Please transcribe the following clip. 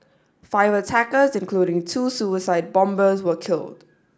five attackers including two suicide bombers were killed